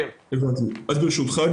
ברשותך,